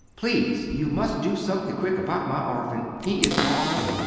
pleese you must do sumthing quick about my orphan he is awful.